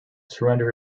surrender